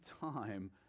time